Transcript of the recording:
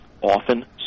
often